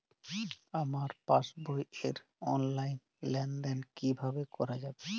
আমার পাসবই র অনলাইন লেনদেন কিভাবে করা যাবে?